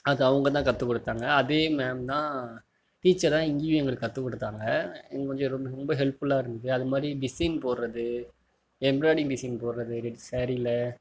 அது அவங்க தான் கற்றுக்குடுத்தாங்க அதே மேம் தான் டீச்சராக இங்கேயும் எங்களுக்கு கற்றுக்குடுத்தாங்க இன்னும் கொஞ்சம் எங்களுக்கு ரொம்ப ஹெல்ஃபுல்லாக இருந்துது அதமாதிரி டிசைன் போடுறது எம்ப்ராய்டிங் டிசைன் போடுறது இந்த சாரீயில